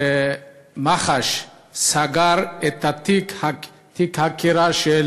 שמח"ש סגרו את תיק החקירה של